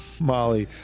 molly